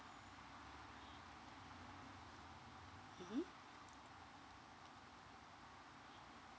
mmhmm